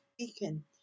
speaking